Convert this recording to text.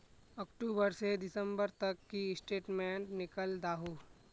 अक्टूबर से दिसंबर तक की स्टेटमेंट निकल दाहू?